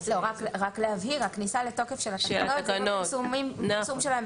רק להבהיר: הכניסה לתוקף של התקנות הוא רק